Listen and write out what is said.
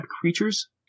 creatures